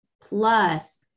Plus